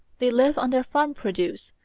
they live on their farm produce,